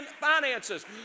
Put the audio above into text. finances